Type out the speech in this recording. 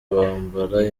bambara